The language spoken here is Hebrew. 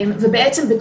ובעצם,